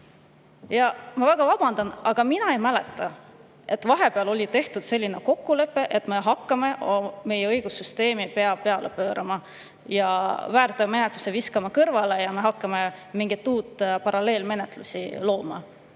Ma väga vabandan, aga mina ei mäleta, et vahepeal on meil sõlmitud kokkulepe, et me hakkame meie õigussüsteemi pea peale pöörama, väärteomenetluse viskame kõrvale ja hakkame mingit uut paralleelmenetlust looma.